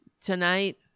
Tonight